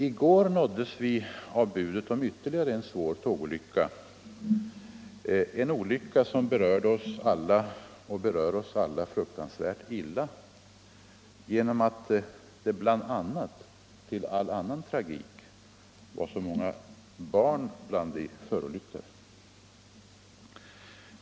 I går nåddes vi av budet om ytterligare en svår tågolycka, en olycka som berörde och berör oss alla fruktansvärt illa genom att det bl.a. och till all annan tragik var så många batn bland de förolyckade.